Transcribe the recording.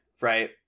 right